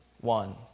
one